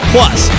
Plus